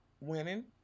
women